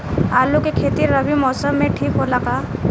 आलू के खेती रबी मौसम में ठीक होला का?